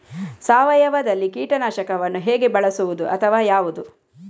ಸಾವಯವದಲ್ಲಿ ಕೀಟನಾಶಕವನ್ನು ಹೇಗೆ ಬಳಸುವುದು ಅಥವಾ ಯಾವುದು?